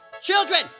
children